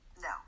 no